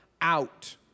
out